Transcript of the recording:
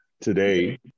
today